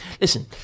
Listen